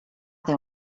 déu